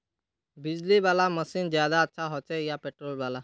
बिजली वाला मशीन ज्यादा अच्छा होचे या पेट्रोल वाला?